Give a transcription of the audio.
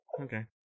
Okay